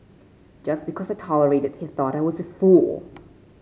just because I tolerated he thought I was a fool